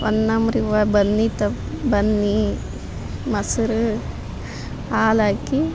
ಹೊನ್ನಂಬ್ರಿ ಹೂವ ಬನ್ನಿ ತಪ್ ಬನ್ನಿ ಮೊಸ್ರು ಹಾಲ್ ಹಾಕಿ